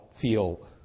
feel